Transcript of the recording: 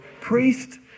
priest